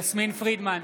יסמין פרידמן,